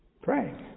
Praying